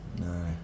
No